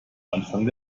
anfang